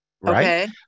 right